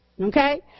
Okay